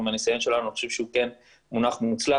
מהניסיון שלנו חושבים שהוא כן מונח מוצלח,